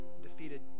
defeated